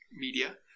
media